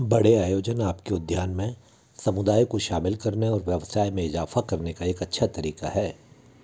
बड़े आयोजन आपके उद्यान में समुदाय को शामिल करने और व्यवसाय में इज़ाफ़ा करने का एक अच्छा तरीका है